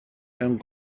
mewn